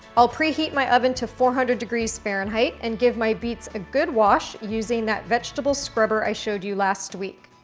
i'll preheat my oven to four hundred degrees fahrenheit and give my beets a good wash using that vegetable scrubber i showed you last week.